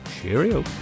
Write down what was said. Cheerio